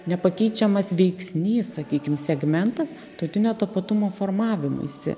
nepakeičiamas veiksnys sakykim segmentas tautinio tapatumo formavimuisi